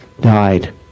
died